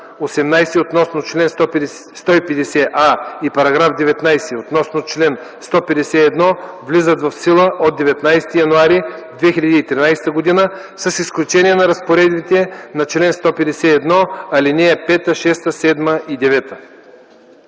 18 относно чл. 150а и § 19 относно чл. 151 влизат в сила от 19 януари 2013 г., с изключение на разпоредбите на чл. 151, ал. 5, 6, 7 и 9.”